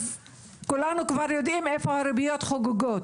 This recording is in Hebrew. אז כולנו כבר יודעים איפה הריביות חוגגות.